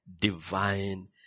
divine